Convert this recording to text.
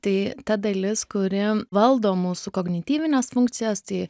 tai ta dalis kuri valdo mūsų kognityvines funkcijas tai